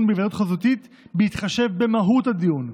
בהיוועדות חזותית בהתחשב במהות הדיון.